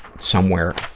somewhere,